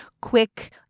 quick